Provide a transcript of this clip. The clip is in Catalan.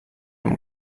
amb